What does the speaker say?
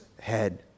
head